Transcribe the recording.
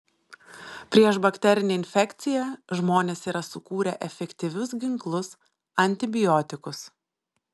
prieš bakterinę infekciją žmonės yra sukūrę efektyvius ginklus antibiotikus